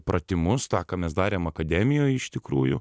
pratimus tą ką mes darėm akademijoj iš tikrųjų